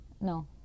No